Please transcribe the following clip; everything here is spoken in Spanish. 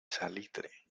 salitre